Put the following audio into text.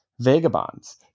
Vagabonds